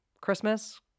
Christmas